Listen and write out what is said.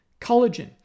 collagen